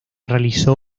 realizó